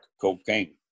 cocaine